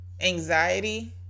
anxiety